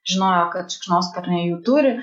žinojo kad šikšnosparniai jų turi